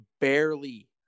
barely